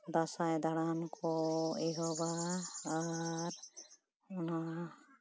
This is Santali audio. ᱫᱟᱸᱥᱟᱭ ᱫᱟᱬᱟᱱ ᱠᱚ ᱮᱦᱚᱵᱟ ᱟᱨ ᱚᱱᱟ